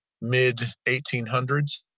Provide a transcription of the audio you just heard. mid-1800s